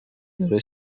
برای